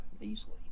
easily